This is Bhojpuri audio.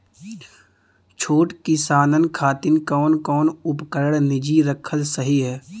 छोट किसानन खातिन कवन कवन उपकरण निजी रखल सही ह?